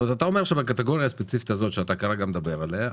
אתה אומר שבקטגוריה הספציפית הזאת שאתה מדבר עליה,